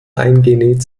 eingenäht